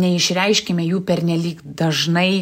neišreiškiame jų pernelyg dažnai